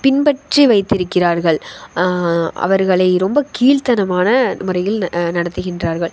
பின்பற்றி வைத்திருக்கிறார்கள் அவர்களை ரொம்ப கீழ்த்தனமான முறையில் நடத்துகின்றார்கள்